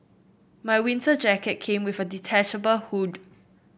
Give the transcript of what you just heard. my winter jacket came with a detachable hood